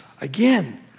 Again